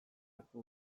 hartu